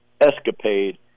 escapade